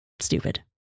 stupid